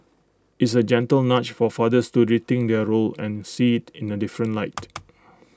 it's A gentle nudge for fathers to rethink their role and see IT in A different light